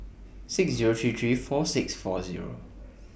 six Zero three three four six four Zero